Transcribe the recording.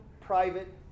private